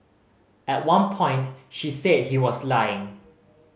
at one point she said he was lying